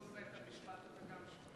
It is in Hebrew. על חיסול בית-המשפט אתה גם שומע.